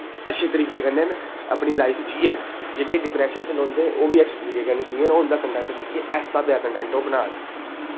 अच्छे तरीके कन्नै अपनी लाईफ जीन जेह्के डिपरैशन च रौंह्दे ओह् बी अच्छे तरीके कन्नै जीन ओह् उं'दा कन्टैंट दिक्खियै इस स्हाबै दा कन्टैंट ओह् बनान